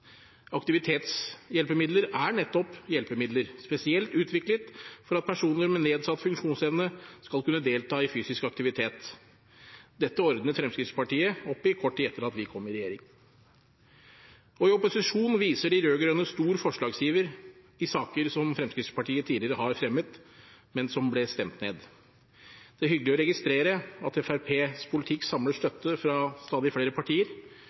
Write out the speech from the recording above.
Aktivitetshjelpemidler er nettopp hjelpemidler – spesielt utviklet for at personer med nedsatt funksjonsevne skal kunne delta i fysisk aktivitet. Dette ordnet Fremskrittspartiet opp i kort tid etter at vi kom i regjering. I opposisjon viser de rød-grønne stor forslagsiver i saker som Fremskrittspartiet tidligere har fremmet, men som ble stemt ned. Det er hyggelig å registrere at Fremskrittspartiets politikk samler støtte fra stadig flere partier.